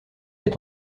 est